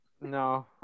No